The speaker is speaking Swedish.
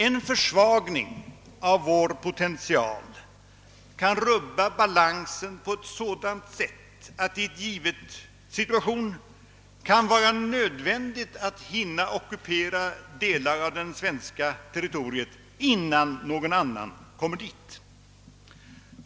En försvagning av vår potential kan rubba balansen på sådant sätt att det i en given situation kan vara nödvändigt att hinna ockupera delar av det svenska territoriet innan någon annan hinner dit.